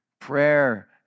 prayer